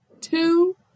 Two